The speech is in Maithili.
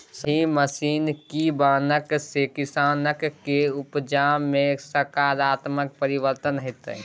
सही मशीन कीनबाक सँ किसानक उपजा मे सकारात्मक परिवर्तन हेतै